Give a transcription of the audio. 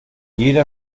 jeder